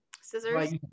scissors